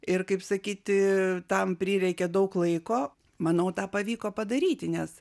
ir kaip sakyti tam prireikė daug laiko manau tą pavyko padaryti nes